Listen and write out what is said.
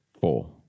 four